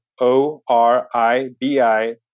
O-R-I-B-I